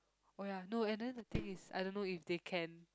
oh ya no and then the thing is I don't know if they can